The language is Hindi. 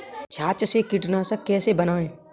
छाछ से कीटनाशक कैसे बनाएँ?